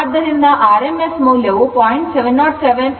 ಆದ್ದರಿಂದ rms ಮೌಲ್ಯವು 0